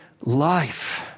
life